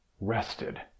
rested